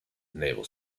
naval